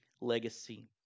legacy